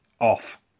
off